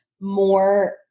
more